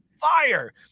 Fire